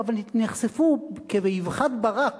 אבל נחשפו כבאבחת ברק